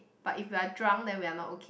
but if we are drunk then we are not okay